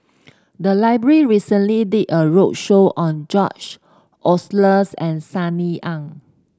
the library recently did a roadshow on George Oehlers and Sunny Ang